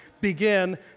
begin